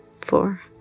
four